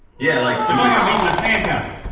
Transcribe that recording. yeah like it's like i've eaten a sand castle.